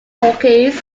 talkies